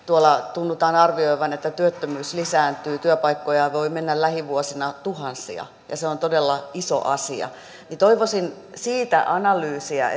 tuntuu arvioitavan että työttömyys lisääntyy työpaikkoja voi mennä lähivuosina tuhansia ja se on todella iso asia niin toivoisin siitä analyysiä